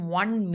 one